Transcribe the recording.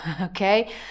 Okay